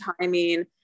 timing